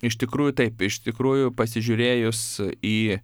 iš tikrųjų taip iš tikrųjų pasižiūrėjus į